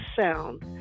sound